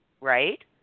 right